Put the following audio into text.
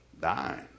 dying